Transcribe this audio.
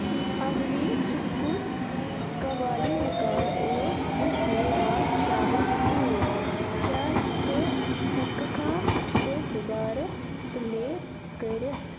اولی سُہ کُس قوالی ریکارڈ اُوس یُس مے راتھ شامَس بُوز، کیاہ ژٕ ہیکہٕ کھا سُہ دُبارٕ پٕلے کٔرِتھ ؟